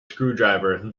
screwdriver